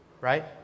right